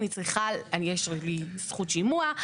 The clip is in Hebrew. אני צריכה, יש לי זכות שימוע.